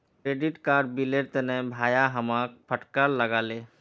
credit card बिलेर तने भाया हमाक फटकार लगा ले